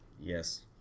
Yes